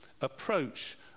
approach